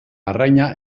arraina